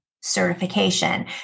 certification